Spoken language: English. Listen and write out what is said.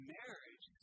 marriage